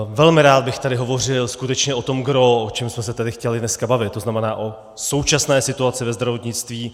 Velmi rád bych tady hovořil skutečně o tom gros, o čem jsme se tady chtěli dneska bavit, to znamená o současné situaci ve zdravotnictví.